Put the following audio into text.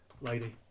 lady